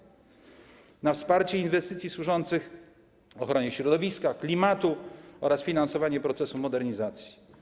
Są też środki na wsparcie inwestycji służących ochronie środowiska i klimatu oraz finansowanie procesu modernizacji.